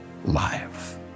life